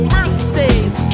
Birthdays